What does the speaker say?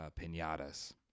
pinatas